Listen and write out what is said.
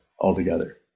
altogether